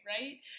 right